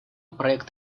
проект